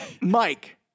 Mike